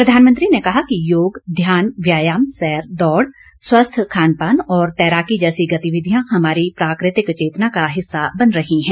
प्रधानमंत्री ने कहा कि योग ध्यान व्यायाम सैर दौड स्वस्थ खान पान और तैराकी जैसी गतिविधियां हमारी प्राकृतिक चेतना का हिस्सा बन रही हैं